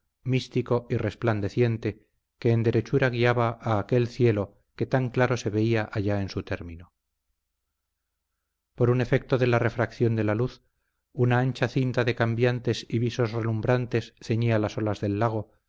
místico y resplandeciente que en derechura guiaba a aquel cielo que tan claro se veía allá en su término por un efecto de la refracción de la luz una ancha cinta de cambiantes y visos relumbrantes ceñía las orillas del lago